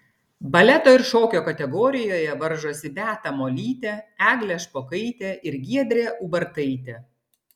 baleto ir šokio kategorijoje varžosi beata molytė eglė špokaitė ir giedrė ubartaitė